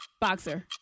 Boxer